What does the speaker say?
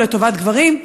זה לטובת גברים,